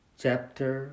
chapter